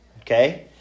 okay